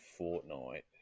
Fortnite